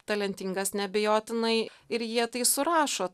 talentingas neabejotinai ir jie tai surašo